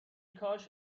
کاش